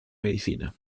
medicina